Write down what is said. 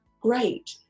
great